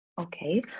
Okay